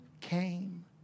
came